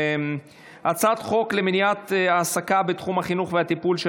הצעת חוק למניעת העסקה בתחום החינוך והטיפול של